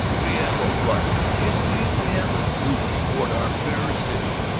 we have a right, indeed we have a duty toward our fair city,